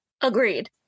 Agreed